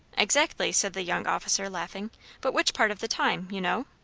exactly, said the young officer, laughing but which part of the time, you know?